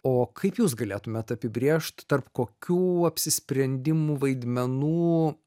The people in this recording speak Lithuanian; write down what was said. o kaip jūs galėtumėt apibrėžt tarp kokių apsisprendimų vaidmenų